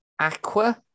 Aqua